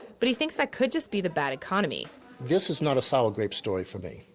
but he thinks that could just be the bad economy this is not a sour grapes story for me,